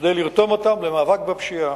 כדי לרתום אותם למאבק בפשיעה.